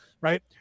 right